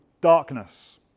darkness